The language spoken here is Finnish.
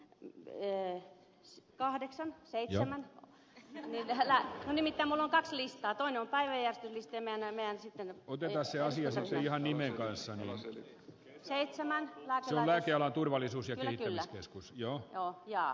mie s kahdeksan seitsemän jättämällä nimittämän listan toinen päivä ja tiivistämään ääniään sitten ote asiaa sillä sen sijaan nimien kanssa noin seitsemää lajia jolla turvallisuus ja kyläkeskus joo arvoisa puhemies